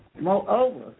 Moreover